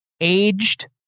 aged